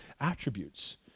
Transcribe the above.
attributes